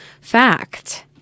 fact